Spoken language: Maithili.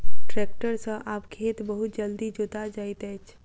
ट्रेक्टर सॅ आब खेत बहुत जल्दी जोता जाइत अछि